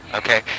okay